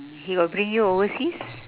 he got bring you overseas